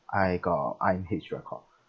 I got I_M_H record